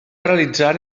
realitzar